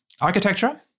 architecture